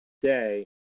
today